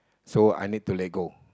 so I need to let go